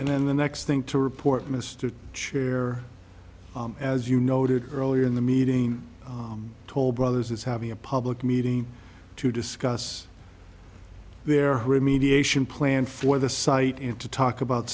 and then the next thing to report mr chair as you noted earlier in the meeting toll brothers is having a public meeting to discuss their remediation plan for the site and to talk about